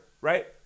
right